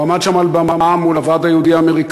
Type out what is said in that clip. הוא עמד שם על במה מול הוועד היהודי-אמריקני,